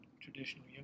traditional